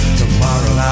tomorrow